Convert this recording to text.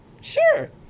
Sure